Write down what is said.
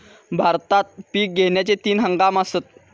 भारतात पिक घेण्याचे तीन हंगाम आसत